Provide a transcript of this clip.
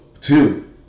Two